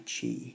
Chi